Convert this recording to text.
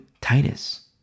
Titus